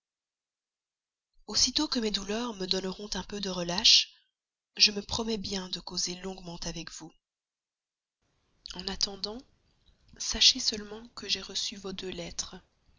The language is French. aussitôt que mes douleurs me donneront un peu de relâche je me promets bien de causer longuement avec vous en attendant sachez seulement que j'ai reçu vos deux lettres